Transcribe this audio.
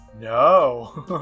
No